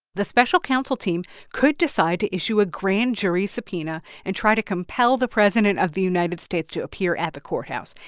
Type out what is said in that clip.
the special counsel team could decide to issue a grand jury subpoena and try to compel the president of the united states to appear at the courthouse.